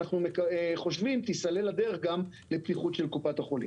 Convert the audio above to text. אנחנו חושבים תיסלל הדרך גם לפתיחות של קופת החולים.